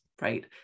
right